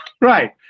right